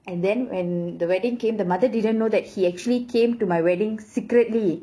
and then when the wedding came the mother didn't know that he actually came to my wedding secretly